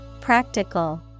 Practical